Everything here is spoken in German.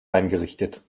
eingerichtet